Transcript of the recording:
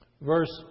verse